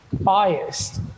biased